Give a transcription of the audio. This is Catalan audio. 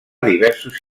diversos